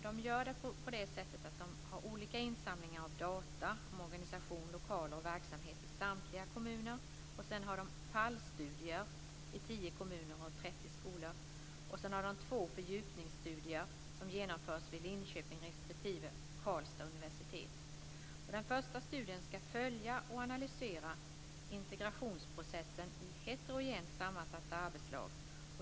De gör på det sättet att de har olika insamlingar av data om organisation, lokaler och verksamhet i samtliga kommuner. Sedan har de fallstudier i tio kommuner och trettio skolor. De har också två fördjupningsstudier som genomförs vid Linköpings respektive Karlstads universitet. Den första studien ska följa och analysera integrationsprocessen i heterogent sammansatta arbetslag.